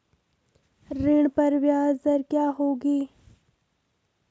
ऋण पर ब्याज दर क्या होगी?